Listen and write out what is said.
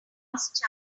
last